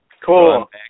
Cool